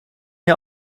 jij